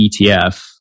etf